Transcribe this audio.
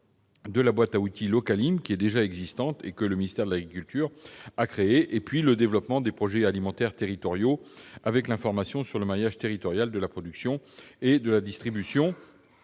de la boîte à outils Localim, que le ministère de l'agriculture a créée, ainsi que sur le développement des projets alimentaires territoriaux, avec l'information sur le maillage territorial de la production et de la distribution.